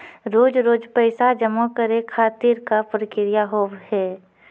रोज रोज पैसा जमा करे खातिर का प्रक्रिया होव हेय?